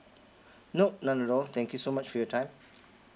nope none at all thank you so much for your time